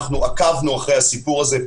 עקבנו אחרי הסיפור הזה,